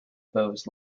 bowes